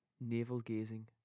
navel-gazing